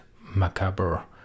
macabre